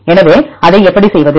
எனவே அதை எப்படி செய்வது